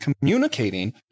communicating